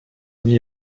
nie